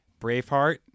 Braveheart